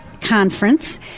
conference